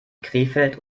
krefeld